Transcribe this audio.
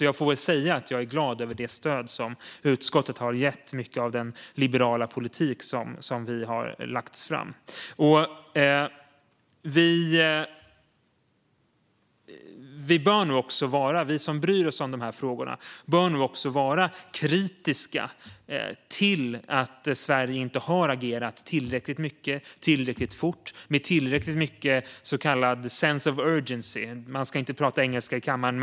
Jag får väl därför säga att jag är glad över det stöd som utskottet har gett mycket av den liberala politik som vi har lagt fram. Vi som bryr oss om de här frågorna bör nog också vara kritiska till att Sverige inte har agerat tillräckligt mycket, tillräckligt fort - med tillräckligt mycket så kallad sense of urgency. Man ska inte prata engelska i kammaren.